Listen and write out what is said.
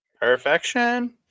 Perfection